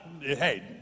Hey